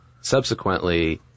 subsequently